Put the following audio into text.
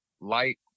light